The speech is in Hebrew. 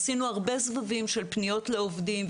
עשינו סבבים רבים של פניות לעובדים,